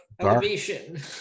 Elevation